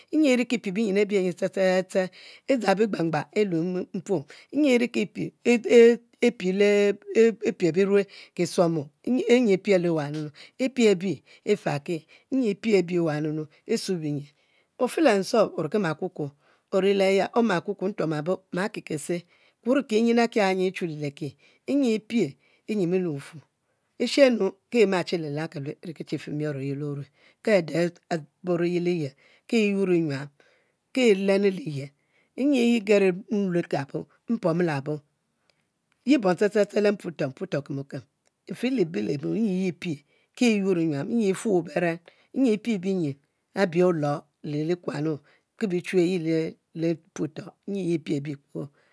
Nyi e'riki pie binyin abie nyi ste ste ste, e"dzang bi gbangban e lue mpoum e nyi e e e piel bi me ki suom nyi pielo wa e piebi e’ faki nyi piebi wa nunu, ofe le nsuom omue kuor, ori le ya omakukuor ntuomabo, maki kese kun kinyin akia nyi e'chuli le ki nyi e'pie e'aymu le wufuor, e'she nu ki e machiblilal kelue nyi eriki chi fe mior e'ye le ome, ke ade oburiye liyel ki e'yur nyuam ki lenu liyel, nyi ye geri nlue ka bo mpomo labo ye bom ste ste ste mpuoto mputuo okem okem mfe libe le mom nyi ye pie ki e'yur nyuam nyi e fuo beren e pie binyin abi olor le likuanu ki e chu e’ ye lemputo nyi ye e'pie be